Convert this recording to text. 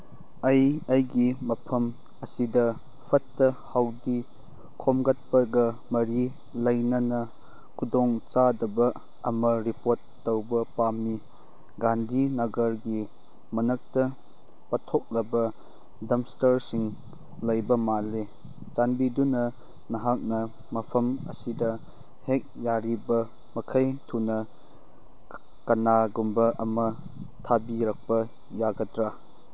ꯑꯩ ꯑꯩꯒꯤ ꯃꯐꯝ ꯑꯁꯤꯗ ꯐꯠꯇ ꯍꯧꯗꯤ ꯈꯣꯝꯒꯇꯄꯒ ꯃꯔꯤ ꯂꯩꯅꯅ ꯈꯨꯗꯣꯡꯆꯥꯗꯕ ꯑꯃ ꯔꯤꯄꯣꯔꯠ ꯇꯧꯕ ꯄꯥꯝꯃꯤ ꯒꯥꯟꯙꯤ ꯅꯒꯔꯒꯤ ꯃꯅꯛꯇ ꯄꯥꯊꯣꯛꯂꯕ ꯗꯝꯁꯇꯔꯁꯤꯡ ꯂꯩꯕ ꯃꯥꯜꯂꯤ ꯆꯥꯟꯕꯤꯗꯨꯅ ꯅꯍꯥꯛꯅ ꯃꯐꯝ ꯑꯁꯤꯗ ꯍꯦꯛ ꯌꯥꯔꯤꯕ ꯃꯈꯩ ꯊꯨꯅ ꯀꯅꯥꯒꯨꯝꯕ ꯑꯃ ꯊꯥꯕꯤꯔꯛꯄ ꯌꯥꯒꯗ꯭ꯔ